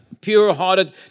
pure-hearted